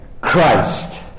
Christ